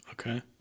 Okay